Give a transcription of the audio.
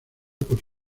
por